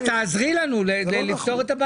אז תעזרי לנו לפתור את הבעיה.